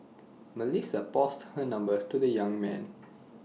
Melissa passed her numbers to the young man